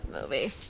movie